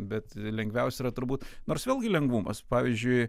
bet lengviausia yra turbūt nors vėlgi lengvumas pavyzdžiui